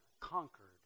conquered